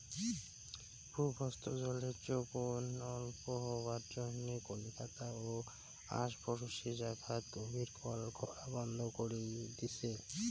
ভূগর্ভস্থ জলের যোগন অল্প হবার জইন্যে কলিকাতা ও আশপরশী জাগাত গভীর কল খোরা বন্ধ করি দিচে